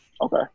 Okay